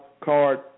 card